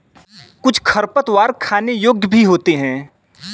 कुछ खरपतवार खाने योग्य भी होते हैं